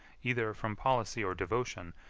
either from policy or devotion,